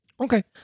Okay